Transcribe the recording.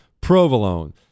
provolone